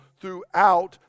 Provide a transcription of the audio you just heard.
throughout